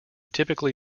typically